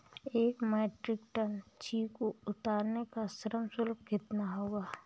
एक metric ton चीकू उतारने का श्रम शुल्क कितना होगा?